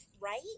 right